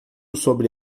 sobre